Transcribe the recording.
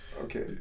Okay